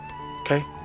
Okay